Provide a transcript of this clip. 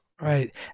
Right